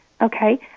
Okay